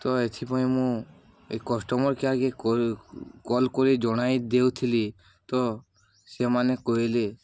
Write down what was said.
ତ ଏଥିପାଇଁ ମୁଁ ଏଇ କଷ୍ଟମର୍ କେୟାର୍କେ କଲ୍ କରି ଜଣାଇ ଦେଉଥିଲି ତ ସେମାନେ କହିଲେ